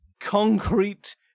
concrete